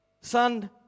Son